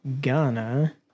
Ghana